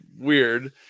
weird